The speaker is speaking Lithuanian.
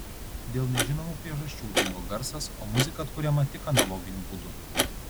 dėl nežinomų priežasčių dingo garsas o muzika atkuriama tik analoginiu būdu